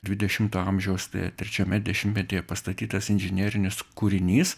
dvidešimto amžiaus trečiame dešimtmetyje pastatytas inžinerinis kūrinys